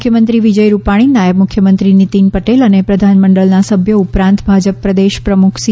મુખ્યમંત્રી વિજય રૂપાણી નાથબ મુખ્યમંત્રી નિતિનભાઈ પટેલ અને પ્રધાનમંડળના સભ્યો ઉપરાંત ભાજપ પ્રદેશ પ્રમુખ સી